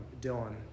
Dylan